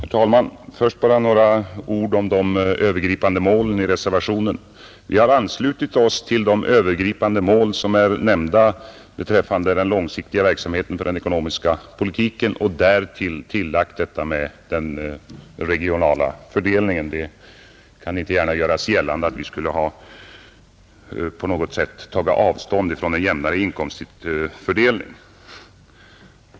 Herr talman! Först bara några ord om de övergripande målen i reservationen. Vi har anslutit oss till de övergripande mål som är nämnda beträffande den långsiktiga verksamheten för den ekonomiska politiken och därutöver tillagt uttalandet om den regionala fördelningen. Det kan inte gärna göras gällande att vi på något sätt skulle ha tagit avstånd från en jämnare inkomstfördelning.